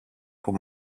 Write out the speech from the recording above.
που